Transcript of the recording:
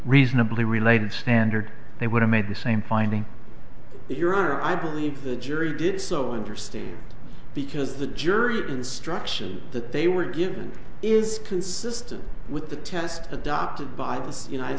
reasonably related standard they would have made the same finding your i believe the jury did so interesting because the jury instruction that they were given is consistent with the test adopted by this united